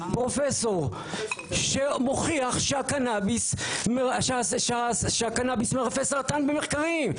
פרופסור שמוכיח שהקנביס מרפא סרטן במחקרים.